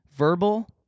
Verbal